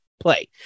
play